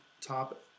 top